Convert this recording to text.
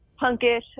punkish